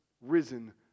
risen